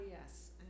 yes